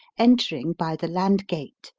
entering by the land-gate,